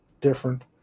different